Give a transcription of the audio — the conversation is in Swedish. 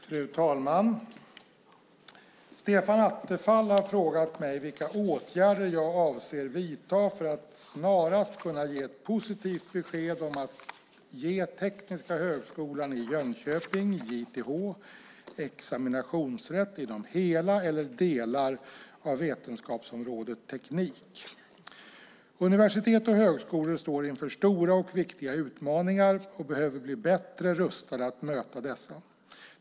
Fru talman! Stefan Attefall har frågat mig vilka åtgärder jag avser att vidta för att snarast kunna ge ett positivt besked om att ge Tekniska högskolan i Jönköping, JTH, examinationsrätt inom hela eller delar av vetenskapsområdet Teknik. Universitet och högskolor står inför stora och viktiga utmaningar och behöver bli bättre rustade att möta dessa.